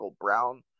Brown